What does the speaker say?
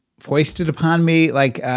foisted upon me like,